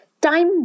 Time